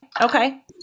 Okay